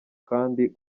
kandi